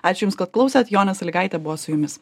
ačiū jums kad klausėt jonė saligaitė buvo su jumis